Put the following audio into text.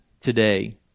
today